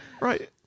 Right